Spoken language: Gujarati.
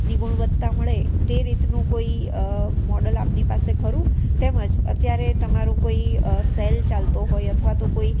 ની ગુણવત્તા મળે તે રીતનું કોઈ મોડલ આપની પાસે ખરું તેમજ અત્યારે તમારું કોઈ સેલ ચાલતો હોય અથવા તો કોઈ